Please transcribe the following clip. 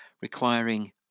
requiring